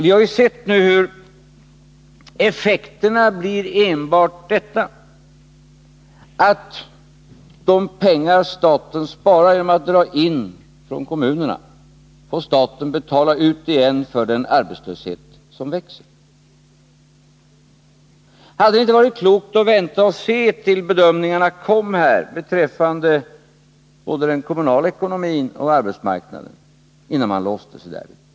Vi har ju sett att effekten blir enbart denna: de pengar staten sparar genom att dra in från kommunerna får staten betala ut igen för den arbetslöshet som växer. Hade det inte varit klokt att vänta och se tills bedömningarna kom beträffande både den kommunala ekonomin och arbetsmarknaden, innan man låste sig?